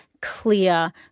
clear